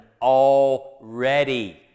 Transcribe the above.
already